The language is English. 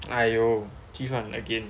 !aiyo! 鸡饭 again